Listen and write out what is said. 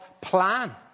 plan